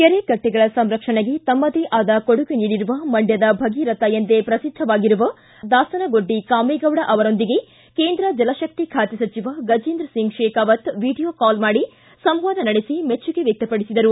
ಕೆರೆಕಟ್ಟಿಗಳ ಸಂರಕ್ಷಣೆಗೆ ತಮ್ಮದೇ ಆದ ಕೊಡುಗೆ ನೀಡಿರುವ ಮಂಡ್ಕದ ಭಗೀರಥ ಎಂದೇ ಪ್ರಸಿದ್ಧರಾಗಿರುವ ದಾಸನದೊಡ್ಡಿ ಕಾಮೇಗೌಡ ಅವರೊಂದಿಗೆ ಕೇಂದ್ರ ಜಲಶಕ್ತಿ ಖಾತೆ ಸಚಿವ ಗಜೇಂದ್ರ ಸಿಂಗ್ ಕೇಬಾವತ್ ವಿಡಿಯೋ ಕಾಲ್ ಮೂಲಕ ಸಂವಾದ ನಡೆಸಿ ಮೆಚ್ಚುಗೆ ವ್ಯಕ್ತಪಡಿಸಿದರು